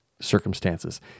circumstances